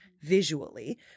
visually